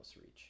Reach